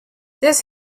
this